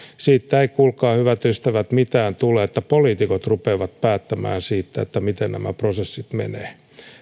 siitä ei kuulkaa hyvät ystävät mitään tule että poliitikot rupeavat päättämään siitä miten nämä prosessit menevät